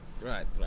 Right